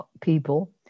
people